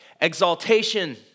Exaltation